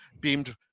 beamed